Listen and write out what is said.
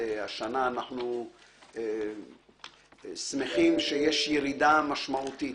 השנה אנחנו שמחים שיש ירידה משמעותית